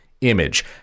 image